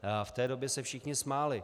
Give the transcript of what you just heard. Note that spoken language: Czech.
V té době se všichni smáli.